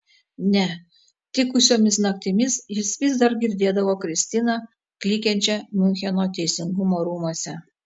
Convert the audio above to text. ne tikusiomis naktimis jis vis dar girdėdavo kristiną klykiančią miuncheno teisingumo rūmuose